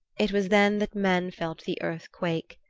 it was then that men felt the earth quake.